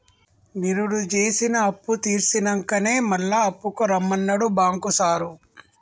నిరుడు జేసిన అప్పుతీర్సినంకనే మళ్ల అప్పుకు రమ్మన్నడు బాంకు సారు